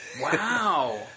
Wow